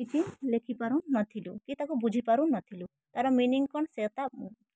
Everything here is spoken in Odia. କିଛି ଲେଖି ପାରୁନଥିଲୁ କି ତାକୁ ବୁଝି ପାରୁନଥିଲୁ ତାର ମିନିଂ କ'ଣ ସେଇଟା